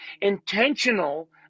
intentional